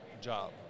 job